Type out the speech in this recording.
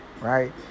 right